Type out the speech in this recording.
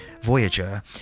Voyager